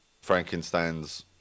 Frankenstein's